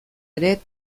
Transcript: ere